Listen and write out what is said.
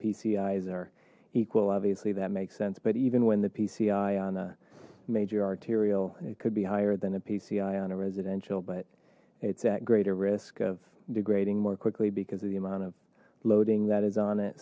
pci's are equal obviously that makes sense but even when the pci on a major arterial it could be higher than a pci on a residential but it's at greater risk of degrading more quickly because of the amount of loading that is on it